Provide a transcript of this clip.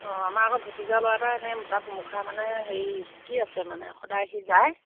অঁ আমাৰ আকৌ ভতিজা ল'ৰা এটাই এনেই তাত মুখা মানে হেৰি শিকি আছে মানে সদায় সি যায়